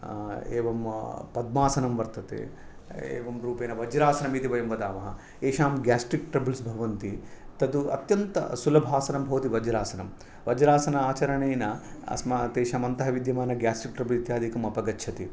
एवं पद्मासनं वर्तते एवं रूपेण वज्रासनं इति वयं वदामः एषां गेस्ट्रिक् ट्रबल्स् भवन्ति तत् तु अत्यन्तसुलभासनं भवति वज्रासनं वज्रासन आचरणेन अस्म तेषां अन्तः विद्यमान गेस्ट्रिक् ट्रबल् इत्यादिकम् अपगच्छति